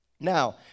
Now